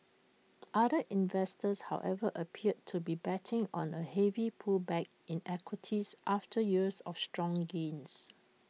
other investors however appear to be betting on A heavy pullback in equities after years of strong gains